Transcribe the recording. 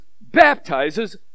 baptizes